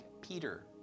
Peter